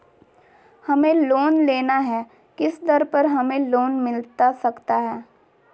हमें लोन लेना है किस दर पर हमें लोन मिलता सकता है?